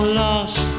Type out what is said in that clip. lost